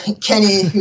kenny